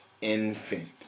infant